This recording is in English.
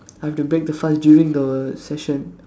I have to break the fast during the session